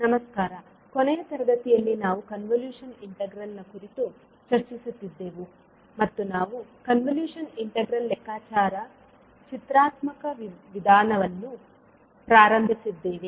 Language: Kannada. ನಮಸ್ಕಾರ ಕೊನೆಯ ತರಗತಿಯಲ್ಲಿ ನಾವು ಕಾನ್ವಲ್ಯೂಷನ್ ಇಂಟೆಗ್ರಾಲ್ನ ಕುರಿತು ಚರ್ಚಿಸುತ್ತಿದ್ದೆವು ಮತ್ತು ನಾವು ಕಾನ್ವಲ್ಯೂಷನ್ ಇಂಟೆಗ್ರಾಲ್ ಲೆಕ್ಕಾಚಾರದ ಚಿತ್ರಾತ್ಮಕ ವಿಧಾನವನ್ನು ಪ್ರಾರಂಭಿಸಿದ್ದೇವೆ